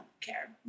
care